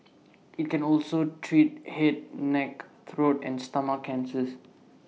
IT can also treat Head neck throat and stomach cancers